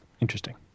Interesting